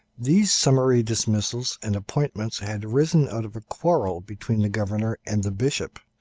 these summary dismissals and appointments had arisen out of a quarrel between the governor and the bishop,